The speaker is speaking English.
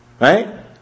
right